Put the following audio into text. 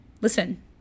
listen